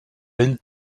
ell